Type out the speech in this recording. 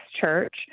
church